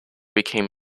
became